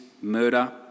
murder